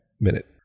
Minute